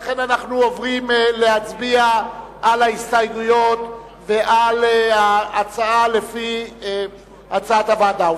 לכן אנו עוברים להצביע על ההסתייגות ועל ההצעה לפי הצעת הוועדה.